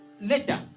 later